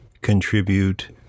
contribute